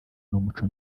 n’umuco